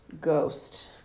ghost